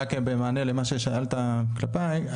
רק במענה למה ששאלת כלפיי,